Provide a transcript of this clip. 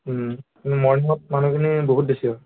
মৰ্ণিঙত মানুহখিনি বহুত বেছি হয়